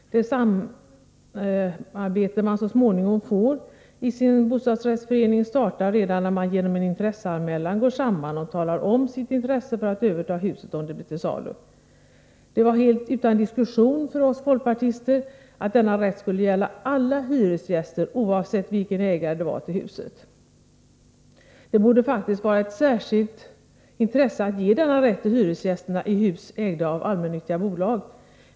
Det samarbete man så småningom får i sin bostadsrättsförening inleds redan när man genom en intresseanmälan går samman och redovisar sitt intresse för att överta huset om det blir till salu. Det var helt invändningsfritt för oss folkpartister när det föreskrevs att denna rätt skulle gälla alla hyresgäster, oavsett vilken ägare det var till huset. Det borde faktiskt vara av särskilt intresse att ge denna rätt till hyresgästerna i hus ägda av de allmännyttiga bolagen.